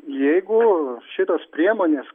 jeigu šitos priemonės